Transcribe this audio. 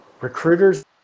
recruiters